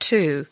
Two